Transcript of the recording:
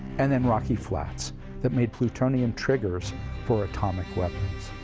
and then rocky flats that made plutonium triggers for atomic weapons.